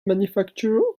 manufacture